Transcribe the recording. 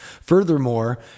Furthermore